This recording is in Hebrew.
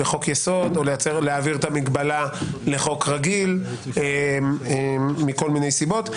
בחוק-יסוד או להעביר את המגבלה לחוק רגיל מכל מיני סיבות.